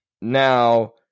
now